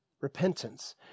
Repentance